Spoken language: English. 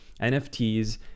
NFTs